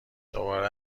دوباره